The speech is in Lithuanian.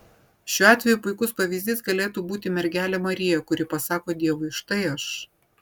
šiuo atveju puikus pavyzdys galėtų būti mergelė marija kuri pasako dievui štai aš